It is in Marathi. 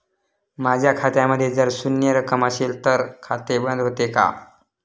माझ्या खात्यामध्ये जर शून्य रक्कम असेल तर खाते बंद होते का?